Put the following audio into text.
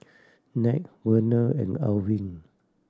Nat Vernell and Arvin